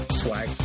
swag